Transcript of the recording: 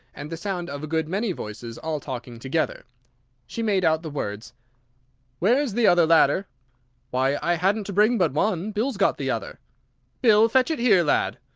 and the sound of a good many voices all talking together she made out the words where's the other ladder why i hadn't to bring but one bill's got the other bill! fetch it here, lad